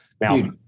Now